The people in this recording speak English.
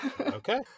Okay